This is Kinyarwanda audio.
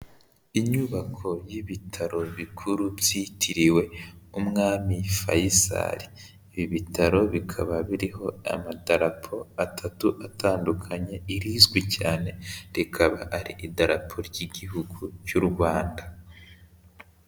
Inyubako y'ibitaro bikuru byitiriwe umwami fayisari, ibi bitaro bikaba biriho amadarapo atatu atandukanye, irizwi cyane rikaba ari idarapo ry'igihugu cy'u Rwanda.